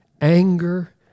anger